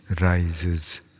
rises